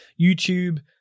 YouTube